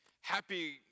happy